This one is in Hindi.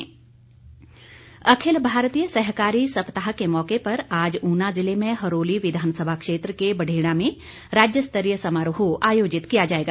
सहकारी सप्ताह अखिल भारतीय सहकारी सप्ताह के मौके पर आज ऊना जिले में हरोली विधानसभा क्षेत्र के बढ़ेड़ा में राज्य स्तरीय समारोह आयोजित किया जाएगा